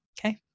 Okay